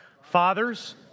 Fathers